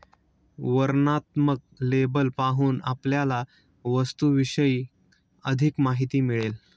वर्णनात्मक लेबल पाहून आपल्याला वस्तूविषयी अधिक माहिती मिळेल